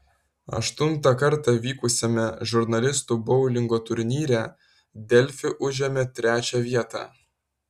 aštuntą kartą vykusiame žurnalistų boulingo turnyre delfi užėmė trečią vietą